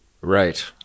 Right